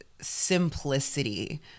simplicity